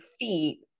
feet